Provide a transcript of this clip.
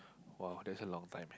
!wow! that's a long time